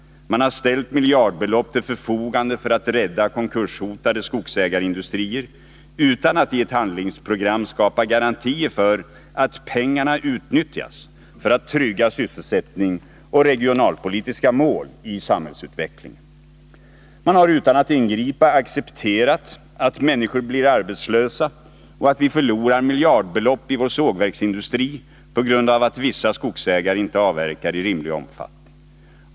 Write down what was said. Man har ställt miljardbelopp till förfogande för att rädda konkurshotade skogsägarindustrier utan att i ett handlingsprogram skapa garantier för att pengarna utnyttjas för att trygga sysselsättning och regionalpolitiska mål i samhällsutvecklingen. Man har utan att ingripa accepterat att människor blir arbetslösa och att vi förlorar miljardbelopp i vår sågverksindustri på grund av att vissa skogsägare inte avverkar i rimlig omfattning.